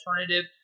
alternative